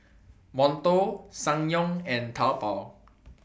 Monto Ssangyong and Taobao